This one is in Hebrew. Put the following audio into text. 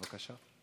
בבקשה.